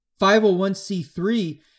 501c3